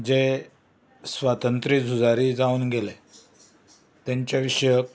जे स्वातंत्र्य झुजारी जावन गेले तांच्या विशयक